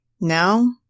Now